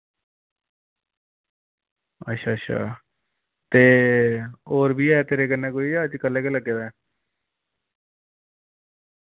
अच्छा अच्छा ते और वी ऐ तेरे कन्नै कोई यां अज कल्ले गै लग्गे दा ऐ